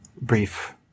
brief